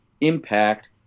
impact